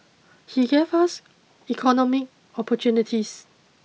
he gave us economic opportunities